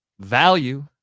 Value